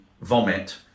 vomit